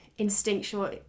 instinctual